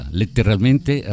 letteralmente